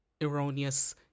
erroneous